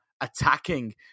attacking